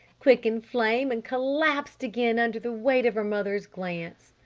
quickened flame and collapsed again under the weight of her mother's glance.